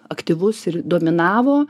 aktyvus ir dominavo